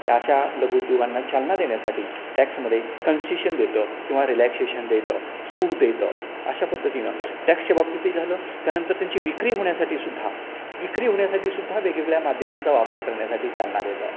अशा लघुउद्योगांना चालना देण्यासाठी टॅक्समध्ये कन्सेशन देतं किंवा रिलॅक्सेशन देतं सूट देतं अशा पद्धतीनं टॅक्सच्या बाबतीतही झालं त्यानंतर त्यांची विक्री होण्यासाठी सुद्धा विक्री होण्यासाठी सुद्धा वेगवेगळ्या माध्यमांचा वापर करण्यासाठी चालना देतं